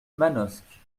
manosque